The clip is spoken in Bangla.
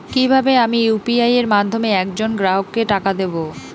কিভাবে আমি ইউ.পি.আই এর মাধ্যমে এক জন গ্রাহককে টাকা দেবো?